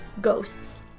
ghosts